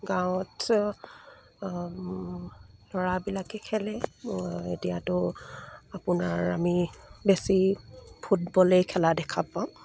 গাঁৱত ল'ৰাবিলাকে খেলে এতিয়াতো আপোনাৰ আমি বেছি ফুটবলেই খেলা দেখা পাওঁ